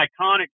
iconic